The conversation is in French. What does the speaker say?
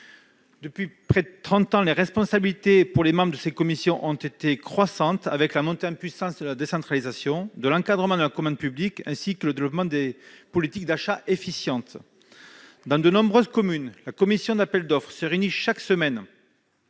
Depuis près de trente ans, les responsabilités pour les membres de ses commissions ont été croissantes avec la montée en puissance de la décentralisation, de l'encadrement de la commande publique ainsi que le développement de politiques d'achat efficientes. Dans de nombreuses communes, la commission d'appel d'offres se réunit chaque semaine,